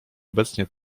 obecnie